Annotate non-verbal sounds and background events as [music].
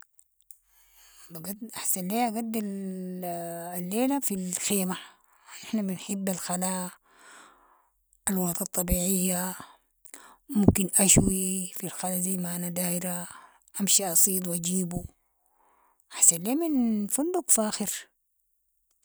- أحسن لي اقضي [hesitation] الليلة في الخيمة، نحن نحب الخلا، الوطة الطبيعية، ممكن أشوي في الخلا زي زي ما أنا دايرة، أمشي أصيد و أجيبو، احسن لي من فندق فاخر.